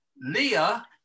Leah